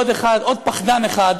עוד פחדן אחד,